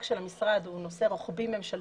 של המשרד אלא הוא נושא רוחבי ממשלתי.